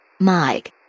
Mike